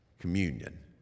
communion